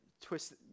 twist